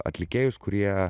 atlikėjus kurie